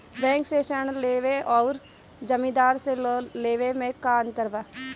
Bank से ऋण लेवे अउर जमींदार से लेवे मे का अंतर बा?